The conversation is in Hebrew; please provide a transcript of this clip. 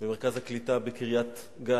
במרכז הקליטה בקריית-גת,